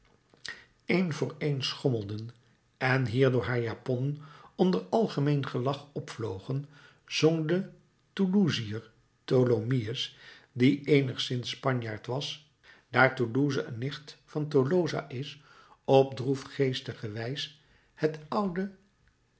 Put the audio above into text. een voor een schommelden en hierdoor haar japonnen onder algemeen gelach opvlogen zong de toulousiër tholomyès die eenigszins spanjaard was daar toulouse een nicht van toloza is op droefgeestige wijs het oude